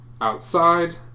outside